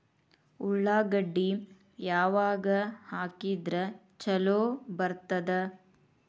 ಉಳ್ಳಾಗಡ್ಡಿ ಯಾವಾಗ ಹಾಕಿದ್ರ ಛಲೋ ಬರ್ತದ?